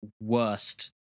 worst